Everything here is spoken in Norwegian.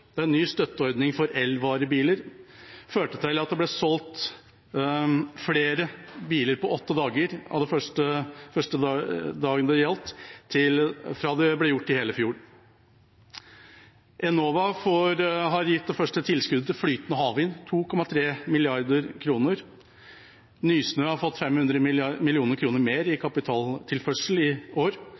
En ny støtteordning for elvarebiler førte til at det ble solgt flere biler på åtte dager de første dagene det gjaldt, enn det ble gjort i hele fjor. Enova har gitt det første tilskuddet til flytende havvind – 2,3 mrd. kr. Nysnø har fått 500 mill. kr mer i kapitaltilførsel i år.